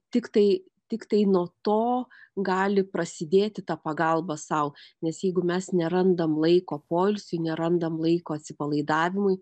tiktai tiktai nuo to gali prasidėti ta pagalba sau nes jeigu mes nerandam laiko poilsiui nerandam laiko atsipalaidavimui